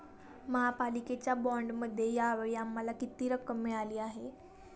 महापालिकेच्या बाँडमध्ये या वेळी आम्हाला किती रक्कम मिळाली आहे?